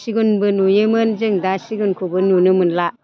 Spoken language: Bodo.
सिगुनबो नुयोमोन जों दा सिगुनखौबो नुनो मोनला